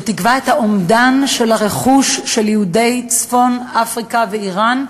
ותקבע את האומדן של הרכוש של יהודי צפון-אפריקה ואיראן,